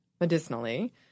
medicinally